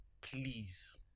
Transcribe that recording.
Please